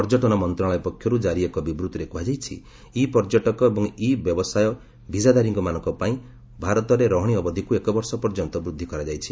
ପର୍ଯ୍ୟଟନ ମନ୍ତ୍ରଣାଳୟ ପକ୍ଷରୁ ଜାରି ଏକ ବିବୃତିରେ କୁହାଯାଇଛି ଇ ପର୍ଯ୍ୟଟକ ଏବଂ ଇ ବ୍ୟବସାୟ ବିଜାଧାରୀମାନଙ୍କ ପାଇଁ ଭାରତରେ ରହଣି ଅବଧିକୁ ଏକବର୍ଷ ପର୍ଯ୍ୟନ୍ତ ବୃଦ୍ଧି କରାଯାଇଛି